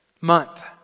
month